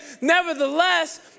Nevertheless